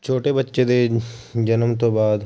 ਛੋਟੇ ਬੱਚੇ ਦੇ ਜਨਮ ਤੋਂ ਬਾਅਦ